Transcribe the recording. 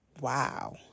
wow